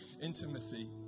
intimacy